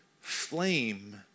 flame